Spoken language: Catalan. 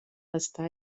està